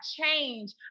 change